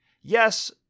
Yes